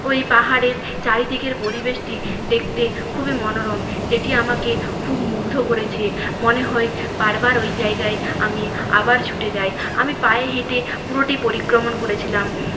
ওই পাহাড়ের চারিদিকের পরিবেশটি দেখতে খুবই মনোরম যেটি আমাকে খুব মুগ্ধ করেছে মনে হয় বারবার ওই জায়গায় আমি আবার ছুটে যায় আমি পায়ে হেঁটে পুরোটি পরিক্রমন করেছিলাম